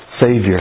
Savior